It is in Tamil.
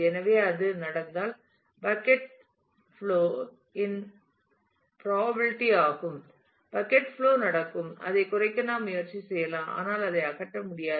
எனவே அது நடந்தால் பக்கட் பிலோ இன் பிராபபிலிட்டி ஆகும் பக்கட் பிலோ நடக்கும் அதைக் குறைக்க நாம் முயற்சி செய்யலாம் ஆனால் அதை அகற்ற முடியாது